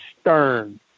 stern